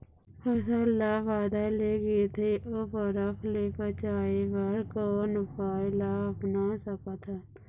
फसल ला बादर ले गिरथे ओ बरफ ले बचाए बर कोन उपाय ला अपना सकथन?